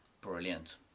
brilliant